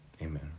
Amen